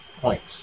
points